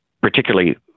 particularly